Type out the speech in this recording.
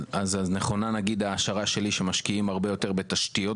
אז נכונה נגיד ההשערה שלי שמשקיעים הרבה יותר בתשתיות